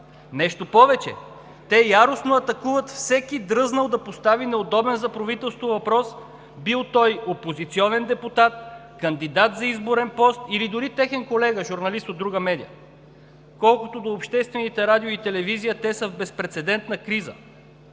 Нещо повече – те яростно атакуват всеки дръзнал да постави неудобен за правителството въпрос, бил той опозиционен депутат, кандидат за изборен пост или дори техен колега журналист от друга медия. Колкото до обществените радио и телевизия, те са в безпрецедентна криза.